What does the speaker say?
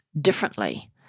differently